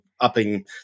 upping